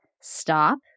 stop